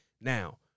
Now